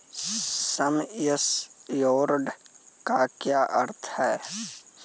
सम assured का क्या अर्थ है?